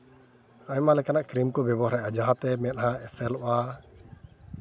ᱟᱭᱢᱟ ᱞᱮᱠᱟᱱᱟᱜ ᱠᱨᱤᱢ ᱠᱚ ᱵᱮᱵᱚᱦᱟᱨᱫᱟ ᱡᱟᱦᱟᱸ ᱛᱮ ᱢᱮᱸᱫᱦᱟ ᱮᱥᱮᱞᱚᱜᱼᱟ